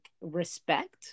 respect